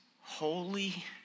holy